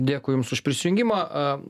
dėkui jums už prisijungimą